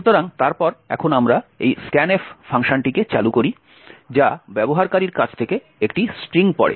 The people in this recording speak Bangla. সুতরাং তারপর এখন আমরা এই scanf ফাংশনটিকে চালু করি যা ব্যবহারকারীর কাছ থেকে একটি স্ট্রিং পড়ে